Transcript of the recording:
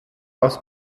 aus